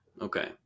okay